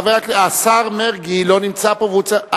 השר מרגי לא נמצא פה והוא צריך,